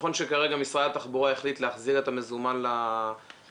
נכון שכרגע משרד העבודה החליט להחזיר את המזומן לאוטובוס